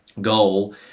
goal